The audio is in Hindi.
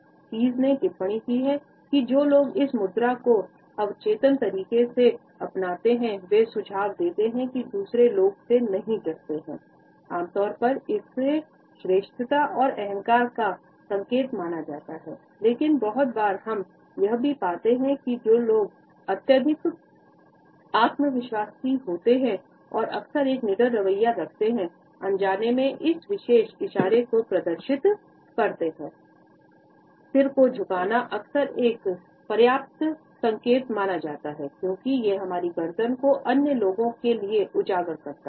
पीज़ ने टिप्पणी की है कि जो लोग इस मुद्रा को अवचेतन तरीके से अपनाते हैं वे सुझाव देते हैं की दूसरे लोगों से नहीं डरते हैं आम तौर पर इसे श्रेष्ठता और अहंकार का संकेत माना जाता है लेकिन बहुत बार हम सिर को झुकाना अक्सर एक पर्याप्त संकेत माना जाता है क्योंकि यह हमारी गर्दन को अन्य लोगों के लिए उजागर करता है